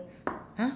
!huh!